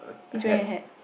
is wearing a hat